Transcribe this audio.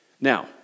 Now